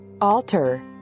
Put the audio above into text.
Alter